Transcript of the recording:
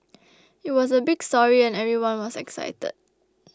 it was a big story and everyone was excited